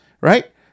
right